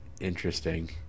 Interesting